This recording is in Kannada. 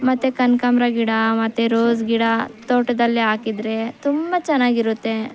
ಮತ್ತೆ ಕನಕಾಂಬರ ಗಿಡ ಮತ್ತು ರೋಸ್ ಗಿಡ ತೋಟದಲ್ಲಿ ಹಾಕಿದ್ರೆ ತುಂಬ ಚೆನ್ನಾಗಿರುತ್ತೆ